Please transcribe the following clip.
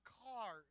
car